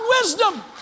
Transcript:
wisdom